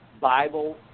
Bible